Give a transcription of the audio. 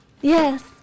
Yes